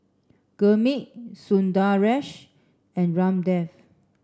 Gurmeet Sundaresh and Ramdev